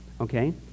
okay